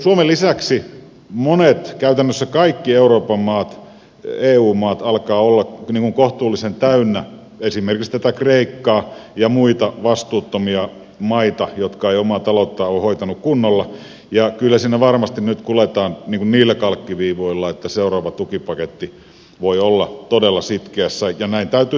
suomen lisäksi monet käytännössä kaikki euroopan maat eu maat alkavat olla kohtuullisen täynnä esimerkiksi kreikkaa ja muita vastuuttomia maita jotka eivät omaa talouttaan ole hoitaneet kunnolla ja kyllä siinä varmasti nyt kuljetaan niillä kalkkiviivoilla että seuraava tukipaketti voi olla todella sitkeässä ja näin täytyy tietenkin olla